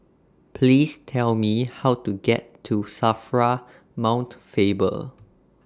Please Tell Me How to get to SAFRA Mount Faber